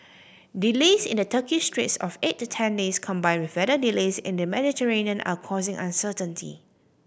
delays in the Turkish straits of eight to ten days combined with weather delays in the Mediterranean are causing uncertainty